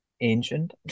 Ancient